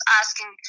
asking